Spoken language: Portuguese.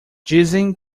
dizem